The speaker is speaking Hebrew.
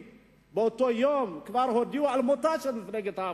באותו יום כבר הודיעו על מותה של מפלגת העבודה.